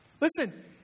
Listen